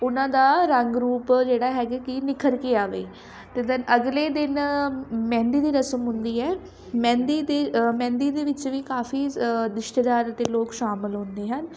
ਉਹਨਾਂ ਦਾ ਰੰਗ ਰੂਪ ਜਿਹੜਾ ਹੈਗਾ ਕਿ ਨਿਖਰ ਕੇ ਆਵੇ ਅਤੇ ਦੈਨ ਅਗਲੇ ਦਿਨ ਮਹਿੰਦੀ ਦੀ ਰਸਮ ਹੁੰਦੀ ਹੈ ਮਹਿੰਦੀ ਦੀ ਮਹਿੰਦੀ ਦੇ ਵਿੱਚ ਵੀ ਕਾਫੀ ਰਿਸ਼ਤੇਦਾਰ ਅਤੇ ਲੋਕ ਸ਼ਾਮਿਲ ਹੁੰਦੇ ਹਨ